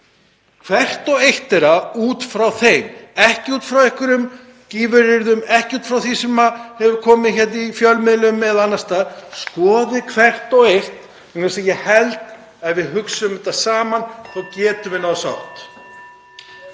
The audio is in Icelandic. hvert og eitt þeirra út frá þeim, ekki út frá einhverjum gífuryrðum, ekki út frá því sem hefur komið í fjölmiðlum eða annars staðar, skoði hvert og eitt, vegna þess að ég held að ef við hugsum þetta saman þá getum við náð sátt.